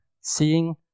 seeing